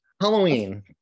Halloween